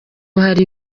hari